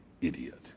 idiot